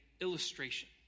illustration